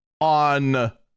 on